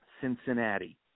Cincinnati